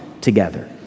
together